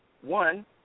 One